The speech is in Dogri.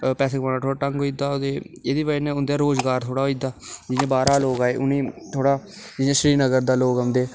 पैसे कमाने दा थोह्ड़ा ढंग होई जंदा ते एह्दी बजह कन्नै उंदा थोह्ड़ा रोज़गार होई जंदा जि'यां बाह्रा लोक आऐ उ'नें गी थोह्ड़ा जि'यां श्रीनगर दा लोक औंदे